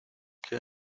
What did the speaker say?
que